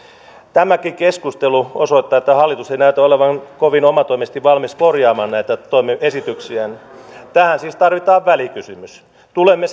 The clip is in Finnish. tämäkin keskustelu osoittaa että hallitus ei näytä olevan kovin omatoimisesti valmis korjaamaan näitä esityksiään tähän siis tarvitaan välikysymys tulemme